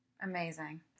Amazing